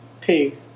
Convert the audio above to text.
pig